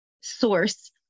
source